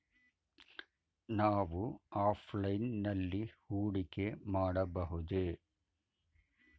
ನಾವು ಆಫ್ಲೈನ್ ನಲ್ಲಿ ಹೂಡಿಕೆ ಮಾಡಬಹುದೇ?